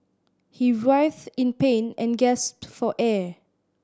he writhed in pain and gasped for air